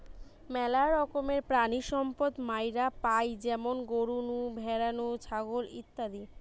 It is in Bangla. মেলা রকমের প্রাণিসম্পদ মাইরা পাই যেমন গরু নু, ভ্যাড়া নু, ছাগল ইত্যাদি